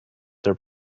their